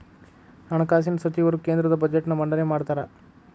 ಹಣಕಾಸಿನ ಸಚಿವರು ಕೇಂದ್ರದ ಬಜೆಟ್ನ್ ಮಂಡನೆ ಮಾಡ್ತಾರಾ